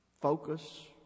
Focus